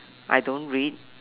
I don't read